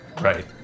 right